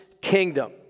kingdom